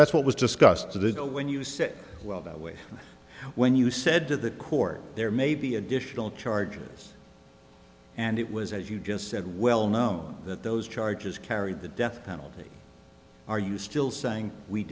that's what was discussed to the go when you said well that way when you said to the court there may be additional charges and it was as you just said well known that those charges carry the death penalty are you still saying we